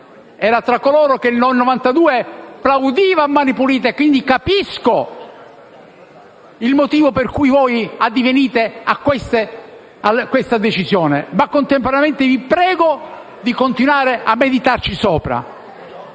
era tra coloro che nel 1992 plaudiva a Mani pulite e quindi capisco il motivo per cui addivenite a questa decisione, ma contemporaneamente vi prego di continuare a meditarci sopra.